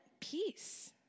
peace